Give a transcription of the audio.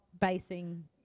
basing